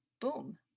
boom